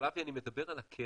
אבל, אבי, אני מדבר על הקרן.